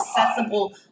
accessible